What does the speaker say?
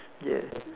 yes